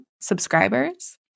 subscribers